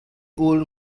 old